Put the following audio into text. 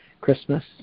Christmas